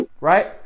right